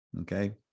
Okay